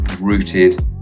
rooted